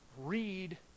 Read